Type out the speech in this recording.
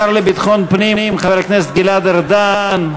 השר לביטחון פנים, חבר הכנסת גלעד ארדן.